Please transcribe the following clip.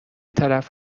طرف